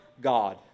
god